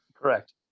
Correct